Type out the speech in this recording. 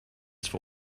for